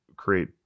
create